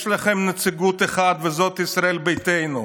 יש לכם נציגות אחת, וזאת ישראל ביתנו.